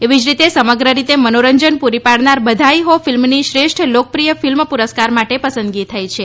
એવી જ રીતે સમગ્ર રીતે મનોરંજન પુરી પાડનાર બધાઈ હો ફિલ્મની શ્રેષ્ઠ લોકપ્રિય ફિલ્મ પુરસ્કાર માટે પસંદગી થઈ છે